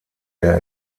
der